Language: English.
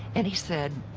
and he said,